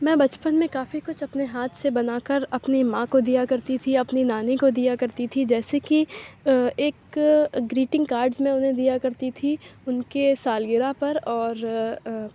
میں بچپن کافی کچھ اپنے ہاتھ سے بنا کر اپنی ماں کو دیا کرتی تھی اپنی نانی کو دیا کرتی تھی جیسے کہ ایک گریٹنگ کارڈس میں انہیں دیا کرتی تھی ان کے سالگرہ پر اور